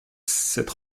cette